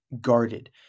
guarded